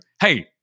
hey